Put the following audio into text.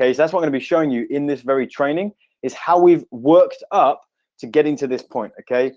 okay that's all going to be showing you in this very training is how we've worked up to getting to this point okay,